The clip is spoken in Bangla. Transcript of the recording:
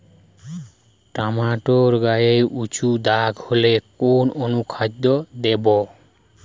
টমেটো গায়ে উচু দাগ হলে কোন অনুখাদ্য দেবো?